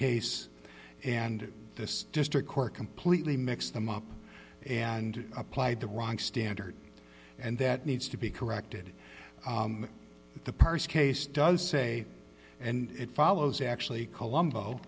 case and this district court completely mixed them up and applied the wrong standard and that needs to be corrected the purse case does say and it follows actually